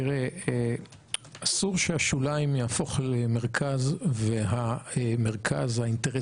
אסור שהשוליים יהפוך למרכז והאינטרס